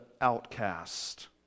outcast